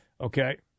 okay